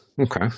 Okay